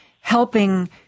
helping